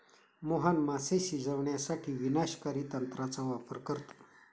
मोहन मासे शिजवण्यासाठी विनाशकारी तंत्राचा वापर करतो